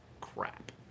Crap